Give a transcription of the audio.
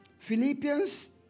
Philippians